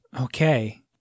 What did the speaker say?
Okay